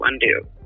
undo